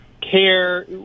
care